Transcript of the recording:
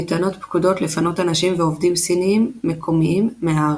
ניתנות פקודות לפנות אנשים ועובדים סיניים מקומיים מהארץ.